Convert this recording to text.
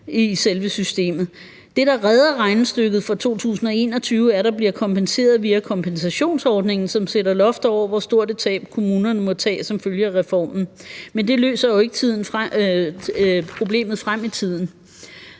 Det, der redder regnestykket for 2021, er, at der bliver kompenseret via kompensationsordningen, som sætter loft over, hvor stort et tab kommunerne må tage som følge af reformen. Men det løser jo ikke problemet frem i tiden.